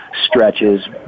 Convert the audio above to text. stretches